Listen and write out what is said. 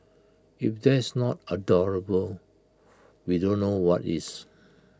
if that's not adorable we don't know what is